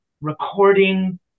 recording